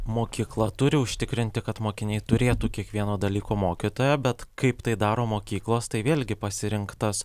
mokykla turi užtikrinti kad mokiniai turėtų kiekvieno dalyko mokytoją bet kaip tai daro mokyklos tai vėlgi pasirinktas